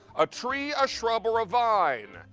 a tree, a shrub or a vine?